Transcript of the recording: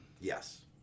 yes